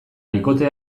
bikote